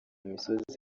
misozi